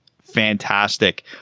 Fantastic